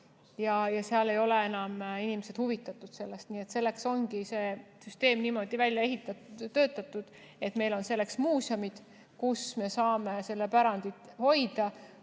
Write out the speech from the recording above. Inimesed ei ole enam huvitatud sellest. Nii et sellepärast ongi see süsteem niimoodi välja töötatud, et meil on selleks muuseumid, kus me saame seda pärandit hoida,